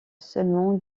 seulement